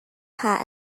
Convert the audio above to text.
hat